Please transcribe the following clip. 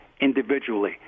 individually